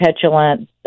petulant